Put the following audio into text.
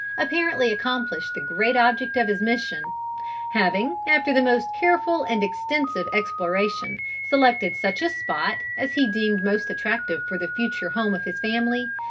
apparently accomplished the great object of his mission having, after the most careful and extensive exploration, selected such a spot as he deemed most attractive for the future home of his family,